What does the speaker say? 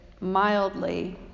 mildly